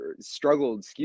struggled